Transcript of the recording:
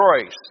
grace